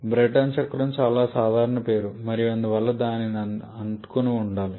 Brayton చక్రం చాలా సాధారణ పేరు మరియు అందువల్ల దానికి అంటుకుని ఉండాలి